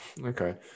okay